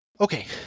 Okay